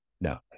No